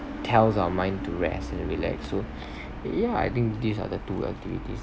tells our mind to rest and relax so yeah I think these are the two activities